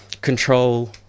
control